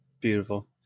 beautiful